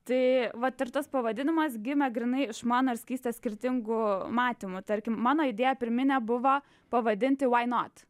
tai vat ir tas pavadinimas gimė grynai iš mano ir skaistės skirtingų matymų tarkim mano idėja pirminė buvo pavadinti vai not